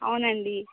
అవునండి